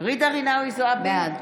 ג'ידא רינאוי זועבי, בעד